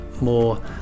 more